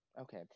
okay